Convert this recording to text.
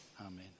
Amen